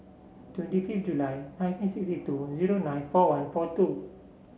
twenty fifth July nineteen sixty two zero nine four one four two